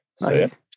Nice